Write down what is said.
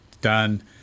done